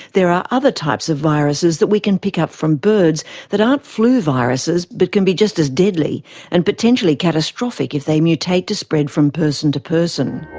there are other types of viruses that we can pick up from birds that aren't flu viruses but can be just as deadly and potentially catastrophic if they mutate to spread from person to person.